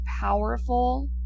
powerful